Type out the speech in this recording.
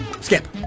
Skip